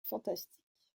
fantastique